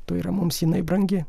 tai yra mums jinai brangi